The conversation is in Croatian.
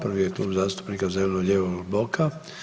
Prvi je Klub zastupnika zeleno-lijevog bloka.